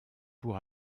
pour